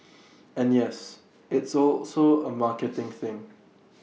and yes it's also A marketing thing